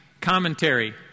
commentary